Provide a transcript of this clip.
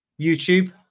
YouTube